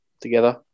together